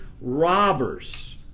robbers